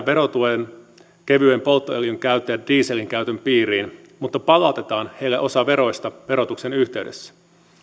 verotuetun kevyen polttoöljyn käyttäjät dieselin käytön piiriin mutta palautetaan heille osa veroista verotuksen yhteydessä